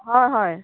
হয় হয়